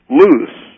loose